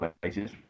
places